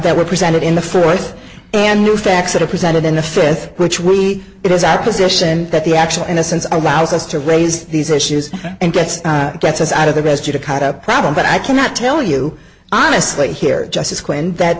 that were presented in the fourth and new facts that are presented in the fifth which we it is our position that the actual innocence our wows us to raise these issues and that's gets us out of the best you to kind of problem but i cannot tell you honestly here justice claimed that